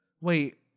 Wait